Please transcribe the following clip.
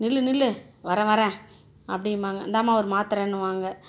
நில் நில் வரேன் வரேன் அப்படிம்பாங்க இந்தாம்மா ஒரு மாத்திரன்னுவாங்க